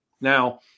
Now